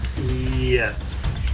Yes